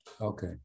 Okay